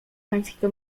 pańskiego